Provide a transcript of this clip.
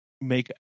make